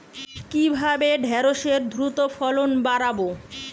কিভাবে ঢেঁড়সের দ্রুত ফলন বাড়াব?